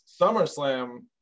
SummerSlam